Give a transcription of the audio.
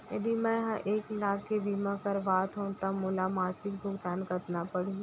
यदि मैं ह एक लाख के बीमा करवात हो त मोला मासिक भुगतान कतना पड़ही?